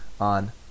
on